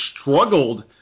struggled